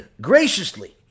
graciously